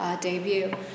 debut